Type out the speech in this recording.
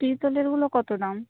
পিতলেরগুলো কত দাম